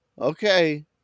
okay